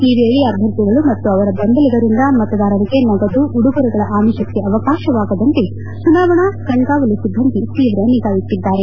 ಈ ವೇಳೆ ಅಭ್ವರ್ಥಿಗಳು ಮತ್ತು ಅವರ ಬೆಂಬಲಿಗರಿಂದ ಮತದಾರರಿಗೆ ನಗದು ಉಡುಗೊರೆಗಳ ಆಮಿಷಕ್ಕೆ ಅವಕಾಶವಾಗದಂತೆ ಚುನಾವಣಾ ಕಣ್ಗಾವಲು ಸಿಬ್ಬಂದಿ ತೀವ್ರ ನಿಗಾ ಇಟ್ಷದ್ದಾರೆ